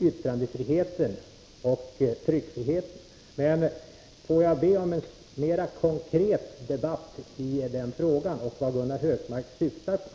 yttrandefriheten och tryckfriheten. Men får jag be om en mer konkret debatt kring denna fråga för att få klarhet i vad Gunnar Hökmark syftar till!